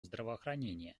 здравоохранения